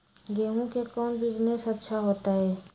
गेंहू के कौन बिजनेस अच्छा होतई?